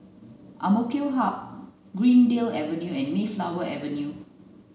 Amk Hub Greendale Avenue and Mayflower Avenue